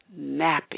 Nappy